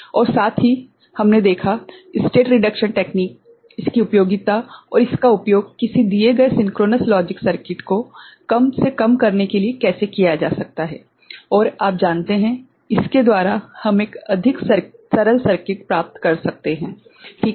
और साथ ही हमने देखा स्टेट रिडक्शन तकनीक इसकी उपयोगिता और इसका उपयोग किसी दिए गए सिंक्रोनस लॉजिक सर्किट को कम से कम करने के लिए कैसे किया जा सकता है और आप जानते है इसके द्वारा हम एक अधिक सरल सर्किट प्राप्त कर सकते हैं ठीक है